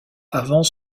avant